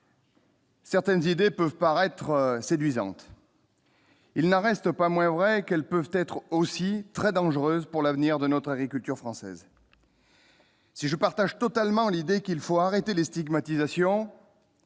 Certaines idées peuvent paraître séduisante. Il n'en reste pas moins vrai qu'elles peuvent être aussi très dangereuse pour l'avenir de notre agriculture française. Si je partage totalement l'idée qu'il faut arrêter les stigmatisations